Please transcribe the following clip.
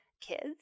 kids